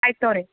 ಆಯ್ತು ತೊಗೊಳ್ರಿ